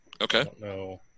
Okay